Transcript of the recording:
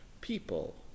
people